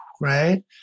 Right